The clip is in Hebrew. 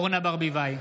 אורנה ברביבאי,